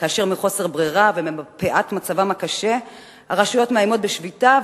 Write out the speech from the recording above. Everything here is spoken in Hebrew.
כאשר מחוסר ברירה ומפאת מצבן הקשה הרשויות מאיימות בשביתה,